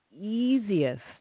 easiest